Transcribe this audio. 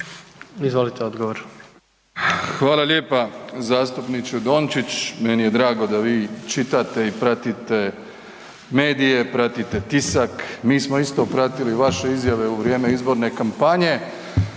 Andrej (HDZ)** Hvala lijepa. Zastupniče Dončić, meni je drago da vi čitate i pratite medije, pratite tisak. Mi smo isto pratili vaše izjave u vrijeme izborne kampanje,